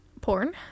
Porn